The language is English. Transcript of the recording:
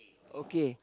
okay